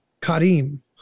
Karim